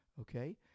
Okay